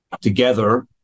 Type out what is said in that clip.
together